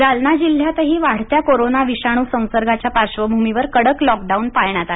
संचारबंदी जालना जालना जिल्ह्यातही वाढत्या कोरोना विषाणू संसर्गाच्या पार्श्वभूमीवर कडक लॉकडाऊन पाळण्यात आला